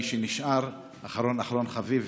מי שנשאר אחרון אחרון חביב,